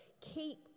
Keep